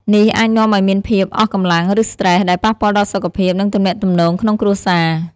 នេះអាចនាំឲ្យមានភាពអស់កម្លាំង ឬស្ត្រេស ដែលប៉ះពាល់ដល់សុខភាព និងទំនាក់ទំនងក្នុងគ្រួសារ។